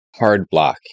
Hardblock